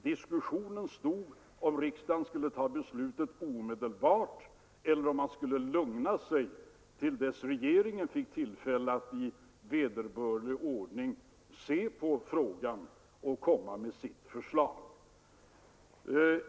Diskussionen gällde huruvida riksdagen skulle fatta ett beslut omedelbart eller lugna sig till dess regeringen fått tillfälle att i vederbörlig ordning se på frågan och därefter lägga fram sitt förslag.